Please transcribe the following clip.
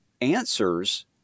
answers